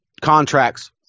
contracts